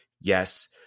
Yes